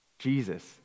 Jesus